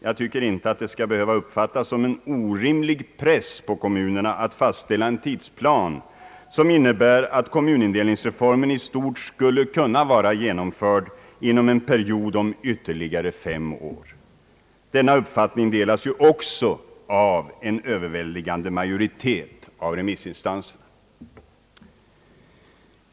Jag tycker inte det skall behöva uppfattas som en orimlig press på kommunerna att fastställa en tidsplan som innebär att kommunindelningsreformen i stort skulle kunna vara genomförd inom en period om ytterligare fem år. Den uppfattningen delas också av en överväldigande majoritet av remissinstanserna.